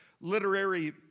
literary